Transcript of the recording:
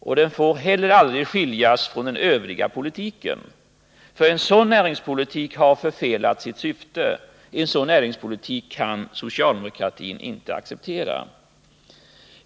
Och den får heller aldrig skiljas från den övriga politiken — för en sådan näringspolitik har förfelat sitt syfte, en sådan näringspolitik kan socialdemokratin inte acceptera.